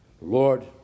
Lord